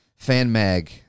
FanMag